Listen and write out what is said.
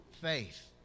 faith